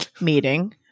meeting